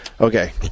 okay